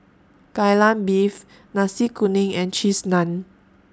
Kai Lan Beef Nasi Kuning and Cheese Naan